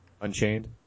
Unchained